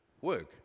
work